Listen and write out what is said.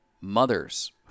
mothers